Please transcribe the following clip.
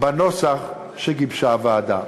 בנוסח שגיבשה הוועדה.